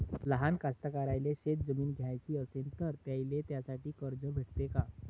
लहान कास्तकाराइले शेतजमीन घ्याची असन तर त्याईले त्यासाठी कर्ज भेटते का?